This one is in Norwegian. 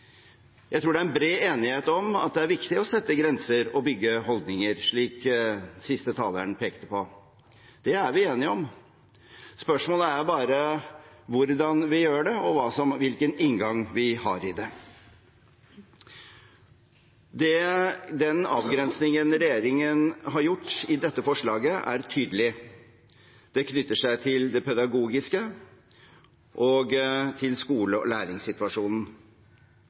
Jeg tror det er bred enighet om at det er viktig å sette grenser og bygge holdninger, slik siste taler pekte på. Det er vi enige om. Spørsmålet er bare hvordan vi gjør det, og hvilken inngang vi har i det. Avgrensningen regjeringen har gjort i dette forslaget, er tydelig og knytter seg til det pedagogiske og til skole- og læringssituasjonen.